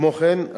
כמו כן,